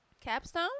Capstone